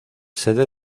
sede